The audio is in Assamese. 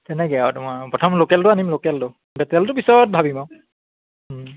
তেনেকৈ আৰু তোমাৰ প্ৰথম লোকেলটো আনিম লোকেলটো বেটেলটো পিছত ভাবিম আৰু